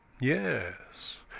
Yes